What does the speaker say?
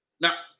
now